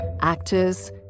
actors